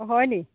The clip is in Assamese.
অ' হয় নেকি